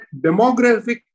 demographic